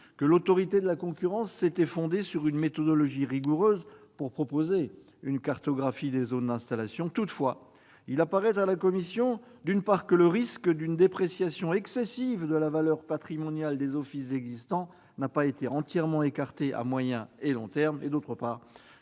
que l'Autorité de la concurrence s'était fondée sur une méthodologie rigoureuse pour proposer une cartographie des zones d'installation. Toutefois, il apparaît à la commission, d'une part, que le risque d'une dépréciation excessive de la valeur patrimoniale des offices existants n'a pas été entièrement écarté à moyen et long terme, d'autre part,